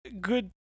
good